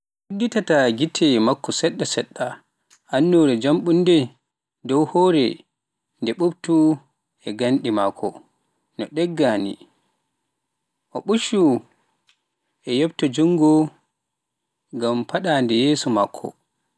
Nde o udditi gite makko seeɗa seeɗa, annoore jalbunde dow hoore ndee e ɓuuɓtoo e ngaandi makko no dagger nii. O ɓuuccii, o ƴefti junngo ngam faddaade yeeso makko.